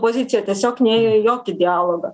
pozicija tiesiog nėjo į jokį dialogą